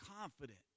confident